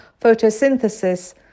photosynthesis